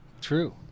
True